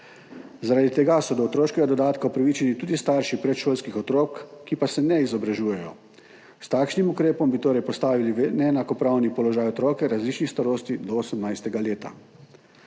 Zaradi tega so do otroškega dodatka upravičeni tudi starši predšolskih otrok, ki pa se ne izobražujejo. S takšnim ukrepom bi torej postavili v neenakopraven položaj otroke različnih starosti do 18. leta.